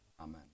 Amen